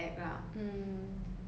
we need to